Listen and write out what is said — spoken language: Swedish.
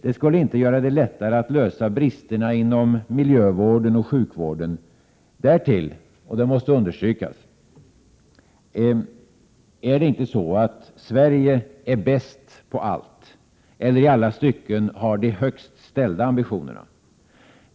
Det skulle inte göra det lättare att lösa bristerna inom t.ex. miljövården och sjukvården. Därtill — och det måste understrykas — är det ingalunda så att Sverige är bäst på allt eller i alla stycken har de högst ställda ambitionerna.